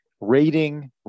Rating